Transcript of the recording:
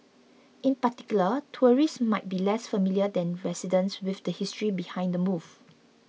in particular tourists might be less familiar than residents with the history behind the move